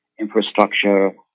infrastructure